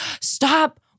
stop